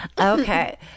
Okay